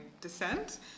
descent